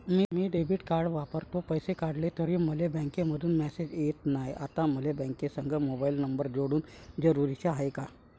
मी debit card वापरतो, पैसे काढले तरी मले बँकेमंधून मेसेज येत नाय, आता मले बँकेसंग मोबाईल नंबर जोडन जरुरीच हाय का?